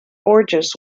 borges